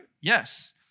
Yes